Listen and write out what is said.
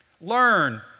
Learn